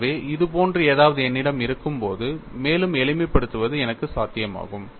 எனவே இதுபோன்ற ஏதாவது என்னிடம் இருக்கும்போது மேலும் எளிமைப்படுத்துவது எனக்கு சாத்தியமாகும்